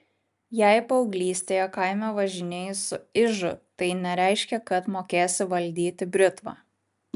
jei paauglystėje kaime važinėjai su ižu tai nereiškia kad mokėsi valdyti britvą